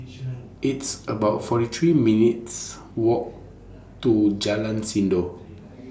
It's about forty three minutes' Walk to Jalan Sindor